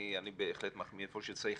אני בהחלט מחמיא איפה שצריך.